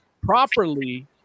properly